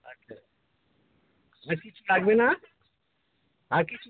আচ্ছা বেশি লাগবে না আর কিছু